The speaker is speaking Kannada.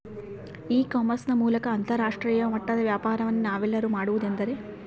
ಇ ಕಾಮರ್ಸ್ ನ ಮೂಲಕ ಅಂತರಾಷ್ಟ್ರೇಯ ಮಟ್ಟದ ವ್ಯಾಪಾರವನ್ನು ನಾವೆಲ್ಲರೂ ಮಾಡುವುದೆಂದರೆ?